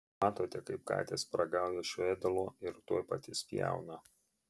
matote kaip katės paragauja šio ėdalo ir tuoj pat išspjauna